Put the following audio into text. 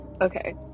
Okay